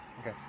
Okay